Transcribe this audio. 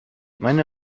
meine